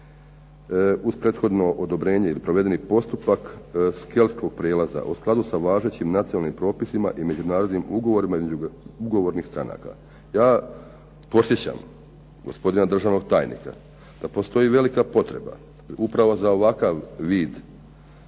uz prethodno odobrenje ili provedeni postupak skelskog prijelaza u skladu sa važećim nacionalnim propisima i međunarodnim ugovorima između ugovornih stranaka. Ja podsjećam gospodina državnog tajnika da postoji velika potreba upravo za ovakav vid